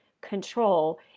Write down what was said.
control